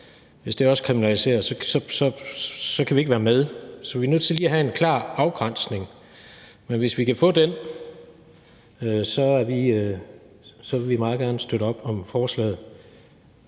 aviser osv. også kriminaliseres, kan vi ikke være med. Så vi er nødt til lige at have en klar afgrænsning, men hvis vi kan få den, vil vi meget gerne støtte op om forslaget.